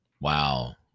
Wow